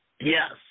yes